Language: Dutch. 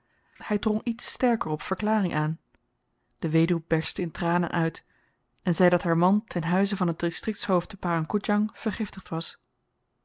hy drong iets sterker op verklaring aan de weduw berstte in tranen uit en zei dat haar man ten huize van het distriktshoofd te parang koedjang vergiftigd was